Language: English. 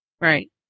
Right